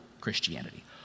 Christianity